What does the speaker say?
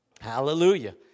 Hallelujah